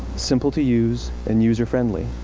simple to use and user friendly.